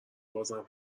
بازم